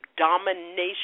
domination